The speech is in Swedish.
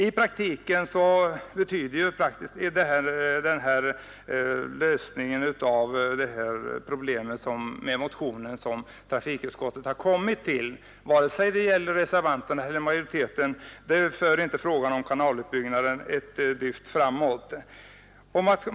I praktiken är det ju så att den i trafikutskottets betänkande föreslagna lösningen av det problem som behandlas i motionen 259 — det gäller både reservanternas och majoritetens förslag — inte för frågan om kanalutbyggnaden ett dyft framåt.